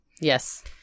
Yes